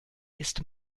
ist